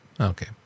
okay